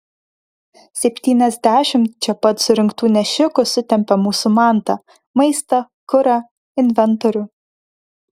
septyniasdešimt čia pat surinktų nešikų sutempia mūsų mantą maistą kurą inventorių